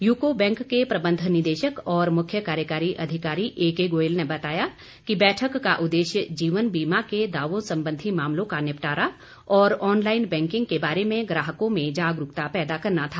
UCO bank के प्रबंध निदेशक और मुख्य कार्यकारी अधिकारी एके गोयल ने बताया कि बैठक का उद्देश्य जीवन बीमा के दावों संबंधी मामलों का निपटारा और ऑनलाईन बैंकिंग के बारे में ग्राहकों में जागरूकता पैदा करना था